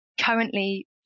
currently